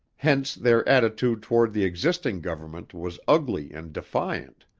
hence their attitude toward the existing government was ugly and defiant.